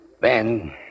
Ben